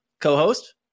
co-host